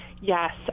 Yes